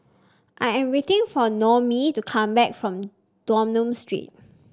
I am waiting for Noemie to come back from Dunlop Street